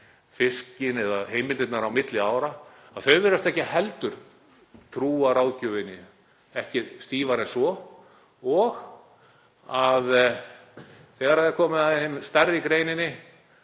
færa heimildirnar á milli ára. Þau virðast ekki heldur trúa ráðgjöfinni, ekki stífar en svo, og þegar kemur að þeim stærri í greininni